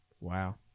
Wow